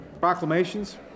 proclamations